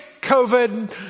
COVID